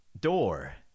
Door